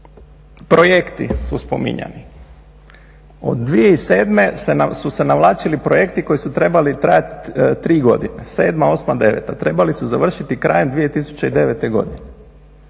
Projekti su spominjani. Od 2007. su se navlačili projekti koji su trebali trajati 3 godine, 2007., 2008., 2009. Trebali su završiti krajem 2009. godine.